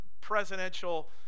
presidential